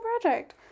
project